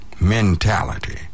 mentality